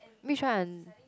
which one